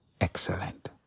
excellent